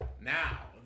Now